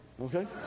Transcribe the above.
Okay